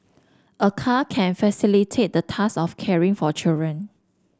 a car can facilitate the task of caring for children